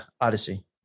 Odyssey